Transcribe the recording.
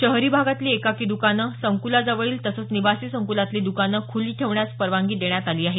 शहरी भागातली एकाकी दुकानं संक्लाजवळील तसंच निवासी संक्लातली दुकानं ख्रली ठेवण्यास परवानगी देण्यात आली आहे